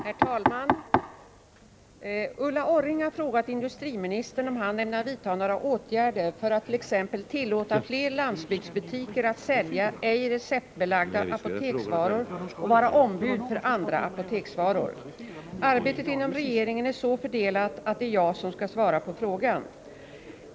Herr talman! Ulla Orring har frågat industriministern om han ämnar vidta några åtgärder för att t.ex. tillåta fler landsbygdsbutiker att sälja ej receptbelagda apoteksvaror och vara ombud för andra apoteksvaror. Arbetet inom regeringen är så fördelat att det är jag som skall svara på frågan.